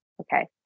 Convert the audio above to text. okay